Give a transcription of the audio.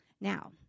Now